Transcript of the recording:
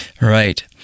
right